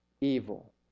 evil